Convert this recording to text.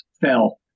fell